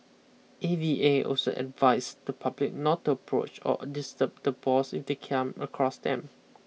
A V A also advised the public not to approach or disturb the boars if they come across them